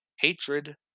hatred